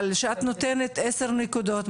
אבל כשאת נותנת 10 נקודות,